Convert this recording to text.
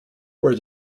where